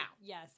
Yes